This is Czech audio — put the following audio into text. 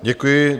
Děkuji.